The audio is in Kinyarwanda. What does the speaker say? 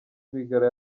rwigara